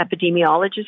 epidemiologist